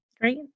Great